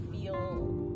feel